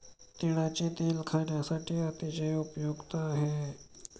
तिळाचे तेल खाण्यासाठी अतिशय उपयुक्त आहे